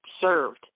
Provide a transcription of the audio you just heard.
served